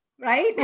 Right